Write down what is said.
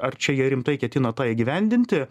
ar čia jie rimtai ketina tą įgyvendinti